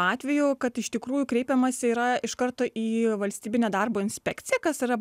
atvejų kad iš tikrųjų kreipiamasi yra iš karto į valstybinę darbo inspekciją kas yra